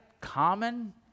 common